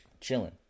Chilling